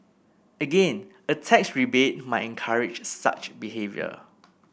again a tax rebate might encourage such behaviour